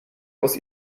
aus